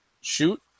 shoot